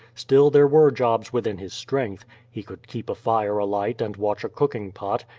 still, there were jobs within his strength. he could keep a fire alight and watch a cooking pot,